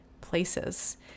places